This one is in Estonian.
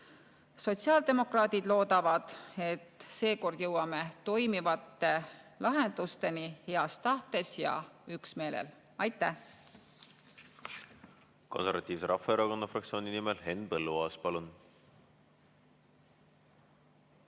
Sotsiaaldemokraadid loodavad, et seekord jõuame toimivate lahendusteni heas tahtes ja üksmeelel. Aitäh!